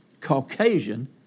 Caucasian